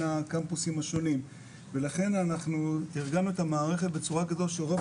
הקמפוסים השונים ולכן אנחנו תרגמנו את המערכת בצורה כזו שרוב